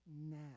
now